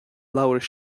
labhair